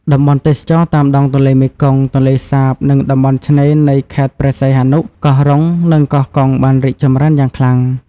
តំបន់ទេសចរណ៍តាមដងទន្លេមេគង្គ ទន្លេសាប និងតំបន់ឆ្នេរនៃខេត្តព្រះសីហនុ កោះរ៉ុង និងកោះកុង បានរីកចម្រើនយ៉ាងខ្លាំង។